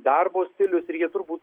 darbo stilius ir jie turbūt